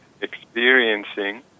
experiencing